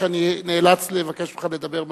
שאני נאלץ לבקש ממך לדבר מהצד.